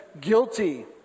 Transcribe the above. guilty